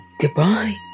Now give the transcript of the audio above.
Goodbye